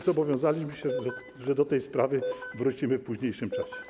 Zobowiązaliśmy się, że do tej sprawy wrócimy w późniejszym czasie.